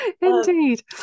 Indeed